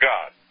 God